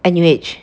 N_U_H